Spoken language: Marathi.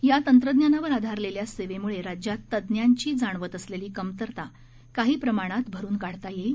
या तंत्रज्ञानावर आधारलेल्या सेवेम्ळे राज्यात तज्ञांची जाणवत असलेली कमतरता काही प्रमाणात भरून काढता येईल